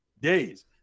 days